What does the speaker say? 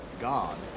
God